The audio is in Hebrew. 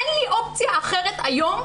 אין לי אופציה אחרת היום,